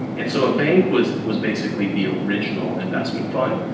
and so a bank was was basically the original investment fund.